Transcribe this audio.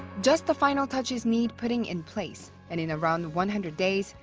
just the final touches need putting in place. and in around one hundred days,